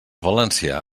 valencià